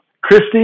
Christy